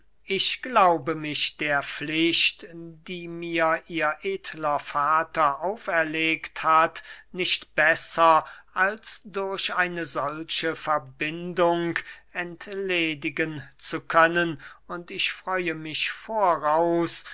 ich glaube mich der pflicht die mir ihr edler vater auferlegt hat nicht besser als durch eine solche verbindung entledigen zu können und ich freue mich voraus